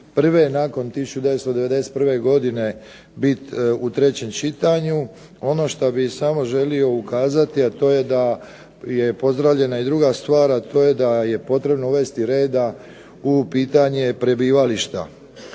prve nakon 1991. godine bit u trećem čitanju. Ono što bi samo želio ukazati, a to je da je pozdravljena i druga stvar, a to je da je potrebno uvesti reda u pitanje prebivališta